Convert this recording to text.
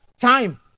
time